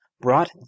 brought